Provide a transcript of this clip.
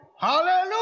Hallelujah